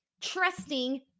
trusting